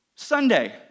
Sunday